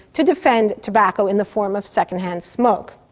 to defend tobacco in the form of second-hand smoke.